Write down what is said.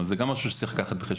זה גם משהו שצריך לקחת בחשבון.